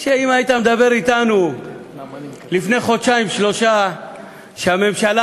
שאם היית מדבר אתנו לפני חודשיים-שלושה ואומר שהממשלה